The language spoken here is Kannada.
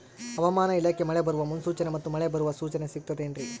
ಹವಮಾನ ಇಲಾಖೆ ಮಳೆ ಬರುವ ಮುನ್ಸೂಚನೆ ಮತ್ತು ಮಳೆ ಬರುವ ಸೂಚನೆ ಸಿಗುತ್ತದೆ ಏನ್ರಿ?